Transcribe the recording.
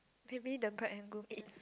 maybe the bride and groom eat